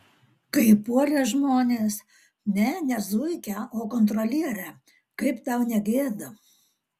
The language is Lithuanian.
kaip puolė žmonės ne ne zuikę o kontrolierę kaip tau negėda